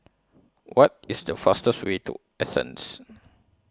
What IS The fastest Way to Athens